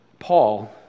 Paul